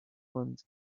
ones